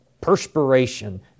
Perspiration